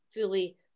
fully